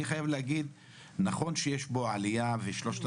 אני חייב להגיד שנכון שיש פה עלייה והסכום הוא